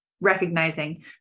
recognizing-